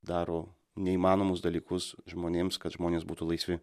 daro neįmanomus dalykus žmonėms kad žmonės būtų laisvi